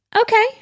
okay